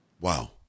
Wow